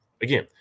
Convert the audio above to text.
Again